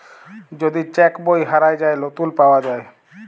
যদি চ্যাক বই হারাঁয় যায়, লতুল পাউয়া যায়